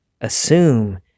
Assume